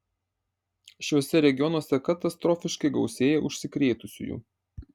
šiuose regionuose katastrofiškai gausėja užsikrėtusiųjų